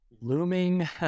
looming